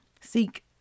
seek